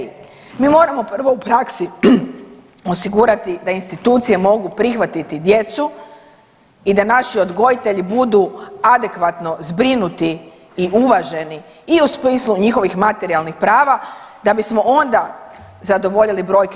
Mi moramo prvo u praksi osigurati da institucije mogu prihvatiti djecu i da naši odgojitelji budu adekvatno zbrinuti i uvaženi i u smislu njihovih materijalnih prava da bismo onda zadovoljili brojke.